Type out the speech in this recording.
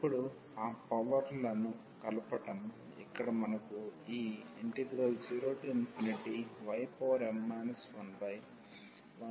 ఇప్పుడు ఆ పవర్ లను కలపడం ఇక్కడ మనకు ఈ 0ym 11ymndy ఉంది